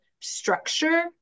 structure